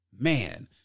man